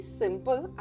simple